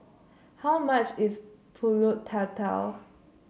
how much is pulut Tatal